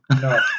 No